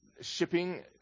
shipping